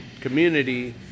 community